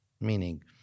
Meaning